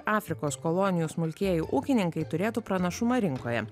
afrikos kolonijų smulkieji ūkininkai turėtų pranašumą rinkoje